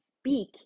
speak